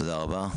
תודה רבה.